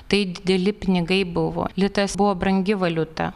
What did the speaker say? tai dideli pinigai buvo litas buvo brangi valiuta